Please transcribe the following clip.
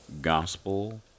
Gospel